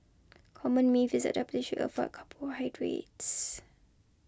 common myth is that diabetics should offer carbohydrates